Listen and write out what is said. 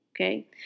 Okay